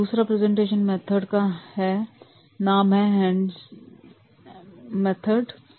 दूसरा presentation method का handsome method से तुलना करना